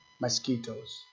mosquitoes